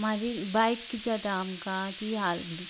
मागीर बायक कितें जाता आमकां ती